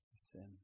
Sin